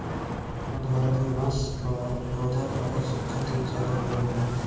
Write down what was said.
मध्य भारत के बांस कअ पौधा कागज खातिर ज्यादा उपयोग होला